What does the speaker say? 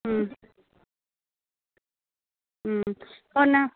ம் ம் போன